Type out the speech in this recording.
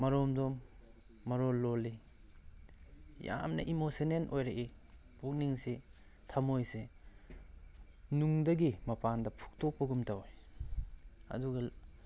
ꯃꯔꯣꯝꯗꯣꯝ ꯃꯔꯣꯜ ꯂꯣꯜꯂꯤ ꯌꯥꯝꯅ ꯏꯃꯣꯁꯅꯦꯜ ꯑꯣꯏꯔꯛꯏ ꯄꯨꯛꯅꯤꯡꯁꯤ ꯊꯃꯣꯏꯁꯦ ꯅꯨꯡꯗꯒꯤ ꯃꯄꯥꯟꯗ ꯐꯨꯛꯇꯣꯛꯄꯒꯨꯝ ꯇꯧꯋꯤ ꯑꯗꯨꯒ